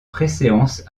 préséance